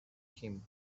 him